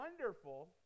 wonderful